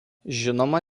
žinoma